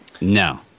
No